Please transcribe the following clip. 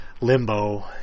limbo